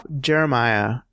Jeremiah